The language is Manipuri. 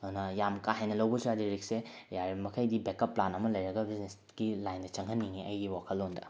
ꯑꯗꯨꯅ ꯌꯥꯝ ꯀꯥ ꯍꯦꯟꯅ ꯂꯧꯕꯁꯨ ꯌꯥꯗꯦ ꯔꯤꯛꯁꯁꯦ ꯌꯥꯔꯤꯕ ꯃꯈꯩꯗꯤ ꯕꯦꯛꯑꯞ ꯄ꯭ꯂꯥꯟ ꯑꯃ ꯂꯩꯔꯒ ꯕꯤꯖꯤꯅꯦꯁꯀꯤ ꯂꯥꯏꯟꯗ ꯆꯪꯍꯟꯅꯤꯡꯏ ꯑꯩꯒꯤ ꯋꯥꯈꯜꯂꯣꯟꯗ